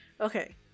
okay